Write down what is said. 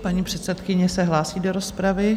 Paní předsedkyně se hlásí do rozpravy.